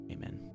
Amen